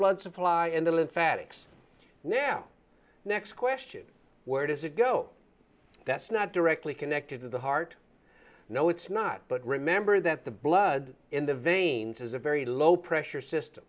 blood supply and the lymphatics now next question where does it go that's not directly connected to the heart no it's not but remember that the blood in the veins is a very low pressure system